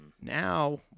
Now